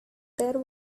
there